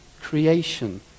creation